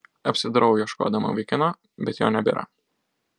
apsidairau ieškodama vaikino bet jo nebėra